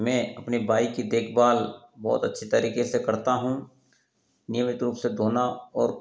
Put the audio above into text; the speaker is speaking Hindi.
मैं अपने बाइक की देखबाल बहुत अच्छी तरीके से करता हूँ नियमित रूप से धोना और